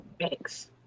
Thanks